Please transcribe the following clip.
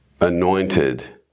anointed